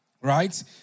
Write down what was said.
Right